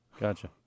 Gotcha